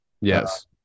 Yes